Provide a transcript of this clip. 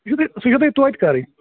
یہِ چھو تۄہہِ سُہ چھِو تۄہہِ توتہِ کَرٕنۍ